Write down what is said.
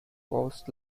coast